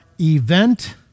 event